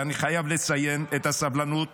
אני חייב לציין את הסבלנות